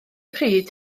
pryd